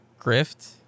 grift